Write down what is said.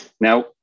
Now